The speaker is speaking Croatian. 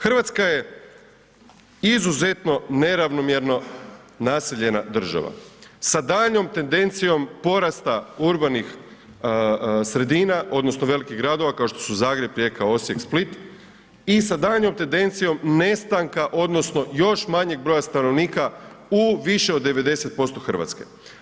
Hrvatska je izuzetno neravnomjerno naseljena država sa daljnjom tendencijom porasta urbanih sredina odnosno velikih gradova kao što su Zagreb, Rijeka, Osijek, Split i sa daljnjom tendencijom nestanka odnosno još manjeg broja stanovnika u više od 90% Hrvatske.